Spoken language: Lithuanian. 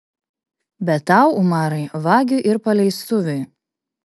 bet tau umarai vagiui ir paleistuviui